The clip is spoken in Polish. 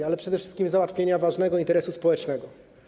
Chodzi przede wszystkim o załatwienie ważnego interesu społecznego.